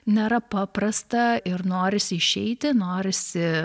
nėra paprasta ir norisi išeiti norisi